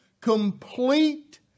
complete